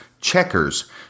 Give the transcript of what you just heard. checker's